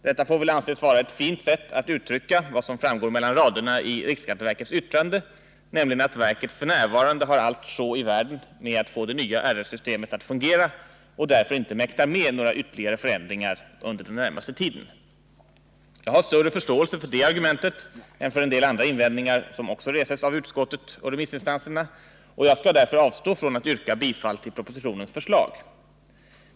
Detta får väl anses vara ett fint sätt att uttrycka vad som framgår mellan raderna i riksskatteverkets yttrande, nämligen att verket f. n. har allt sjå i världen med att få det nya RS-systemet att fungera och därför inte mäktar med några ytterligare förändringar under den närmaste tiden. Jag har större förståelse för det argumentet än för en del andra invändningar som också reses av utskottet och remissinstanserna, och jag skall därför avstå från att yrka bifall till propositionens förslag.